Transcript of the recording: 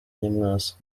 nyamwasa